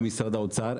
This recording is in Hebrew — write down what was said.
גם משרד האוצר.